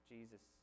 Jesus